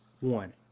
one